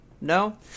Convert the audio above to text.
No